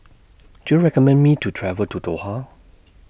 Do YOU recommend Me to travel to Doha